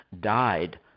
died